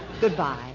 Goodbye